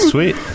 Sweet